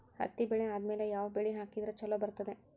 ಹತ್ತಿ ಬೆಳೆ ಆದ್ಮೇಲ ಯಾವ ಬೆಳಿ ಹಾಕಿದ್ರ ಛಲೋ ಬರುತ್ತದೆ?